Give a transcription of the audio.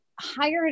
hired